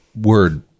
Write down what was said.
word